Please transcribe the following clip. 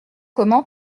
comment